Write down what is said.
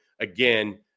Again